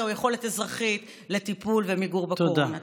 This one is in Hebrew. או יכולת אזרחית לטיפול ולמיגור הקורונה.